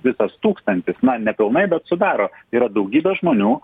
visas tūkstantis na nepilnai bet sudaro yra daugybė žmonių